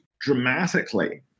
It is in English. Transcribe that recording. dramatically